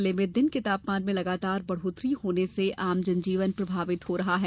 जिले में दिन के तापमान में लगातार बढ़ोतरी होने से आम जनजीवन प्रभावित हो रहा है